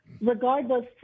regardless